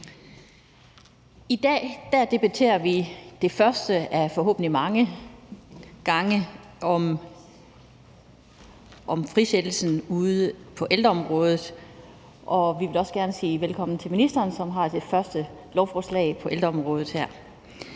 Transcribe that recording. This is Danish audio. I dag debatterer vi første gang af forhåbentlig mange gange frisættelsen på ældreområdet. Vi vil også gerne sige velkommen til ministeren, som har sit første lovforslag på ældreområdet her.